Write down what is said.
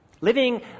living